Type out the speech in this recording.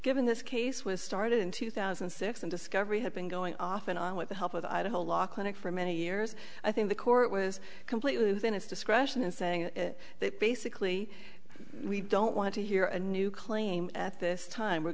given this case was started in two thousand and six and discovery had been going off and on with the help of idaho law clinic for many years i think the court was completely within its discretion in saying basically we don't want to hear a new claim at this time we're